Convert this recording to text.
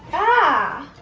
ah.